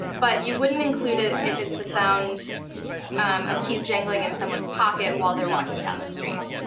but you wouldn't include it if it's the sound of keys jangling in someone's pocket while they're walking down the street.